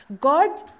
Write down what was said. God